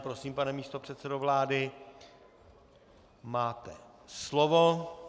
Prosím, pane místopředsedo vlády, máte slovo.